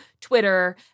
Twitter